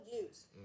use